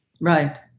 Right